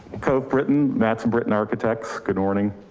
cope britain, mattson britain architects. good morning.